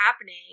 happening